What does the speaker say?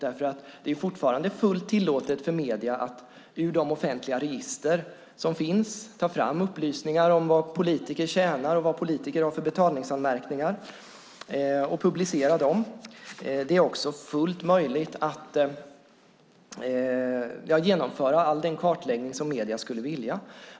Det är nämligen fortfarande fullt tillåtet för medierna att ur de offentliga register som finns ta fram upplysningar om vad politiker tjänar och vad politiker har för betalningsanmärkningar och publicera dem. Det är också fullt möjligt att genomföra all den kartläggning medierna skulle vilja.